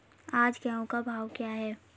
आज गेहूँ का भाव क्या है?